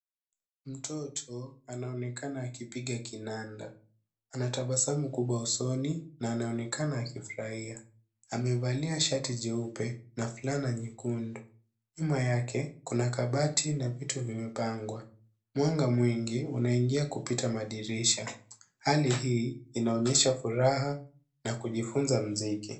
Mtoto anaonekana akipiga kinanda, anatabasamu kubwa usoni na anaonekana akifurahia. Amevalia shati jeupe na fulana nyekundu. Nyuma yake kuna kabati na vitu vimepangwa. Mwanga mwingi unaingia kupita madirisha. Hali hii, inaonyesha furaha na kujifunza mziki.